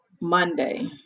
Monday